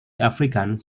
afrikaans